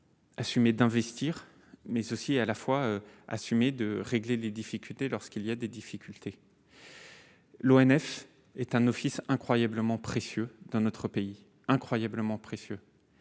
Assumer d'investir, mais ceci est à la fois assumer de régler les difficultés lorsqu'il y a des difficultés. L'ONF est un office incroyablement précieux dans notre pays, incroyablement précieux,